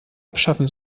abschaffen